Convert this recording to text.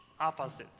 opposite